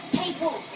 people